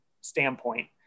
standpoint